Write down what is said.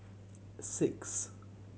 six